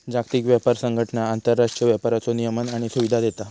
जागतिक व्यापार संघटना आंतरराष्ट्रीय व्यापाराचो नियमन आणि सुविधा देता